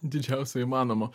didžiausia įmanoma